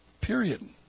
period